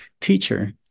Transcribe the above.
teacher